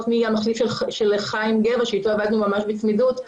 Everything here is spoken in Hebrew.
מי יהיה המחליף של חיים גבע אתו עבדנו ממש בצמידות.